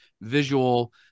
visual